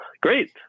Great